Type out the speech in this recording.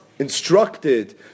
instructed